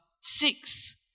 six